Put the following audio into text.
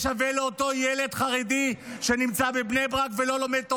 שווה לאותו ילד חרדי שנמצא בבני ברק ולא לומד תורה.